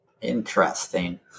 Interesting